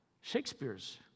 Shakespeare's